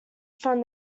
from